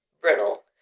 brittle